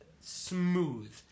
smooth